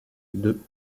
deux